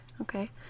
okay